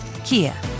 Kia